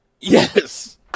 Yes